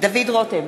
דוד רותם,